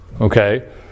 Okay